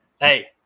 hey